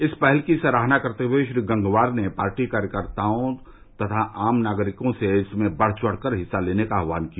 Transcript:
इस पहल की सराहना करते हए श्री गंगवार ने पार्टी कार्यकर्ताओं तथा आम नागरिकों से इसमें बढ चढ कर हिस्सा लेने का आहवान किया